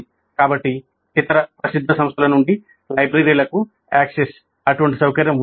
కాబట్టి "ఇతర ప్రసిద్ధ సంస్థల నుండి లైబ్రరీలకు యాక్సెస్ అటువంటి సౌకర్యం ఉందా